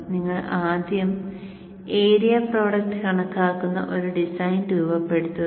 നിങ്ങൾ ആദ്യം area product കണക്കാക്കുന്ന ഒരു ഡിസൈൻ രൂപപ്പെടുത്തുന്നു